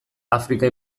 afrika